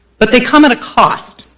but they come at a cost.